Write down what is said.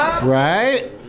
Right